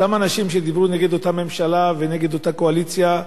אותם אנשים שדיברו נגד אותה ממשלה ונגד אותה קואליציה,